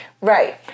Right